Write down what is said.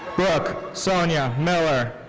brooke sonja miller.